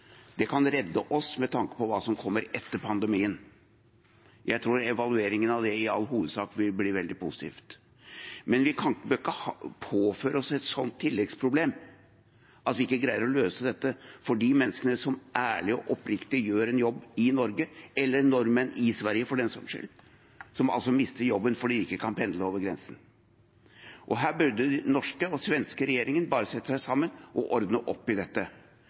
Det kan redde oss med tanke på hva som kommer etter pandemien. Jeg tror evalueringen av det i all hovedsak vil bli veldig positiv. Men vi bør ikke påføre oss et sånt tilleggsproblem at vi ikke greier å løse dette for de menneskene som ærlig og oppriktig gjør en jobb i Norge, eller nordmenn i Sverige for den saks skyld, som altså mister jobben fordi de ikke kan pendle over grensen. Her burde den norske og den svenske regjeringen bare sette seg sammen og ordne opp i dette.